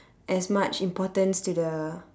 as much importance to the